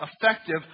effective